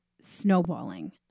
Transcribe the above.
snowballing